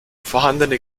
vorhandene